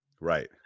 Right